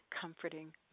comforting